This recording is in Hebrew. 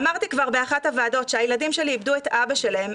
אמרתי כבר באחת הוועדות שהילדים שלי איבדו את אבא שלהם.